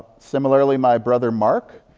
similarly, my brother, mark,